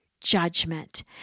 judgment